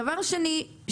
דבר שני,